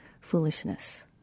foolishness